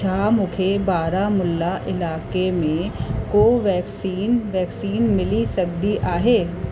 छा मूंखे बारामुल्ला इलाइक़े में कोवैक्सीन वैक्सीन मिली सघंदी आहे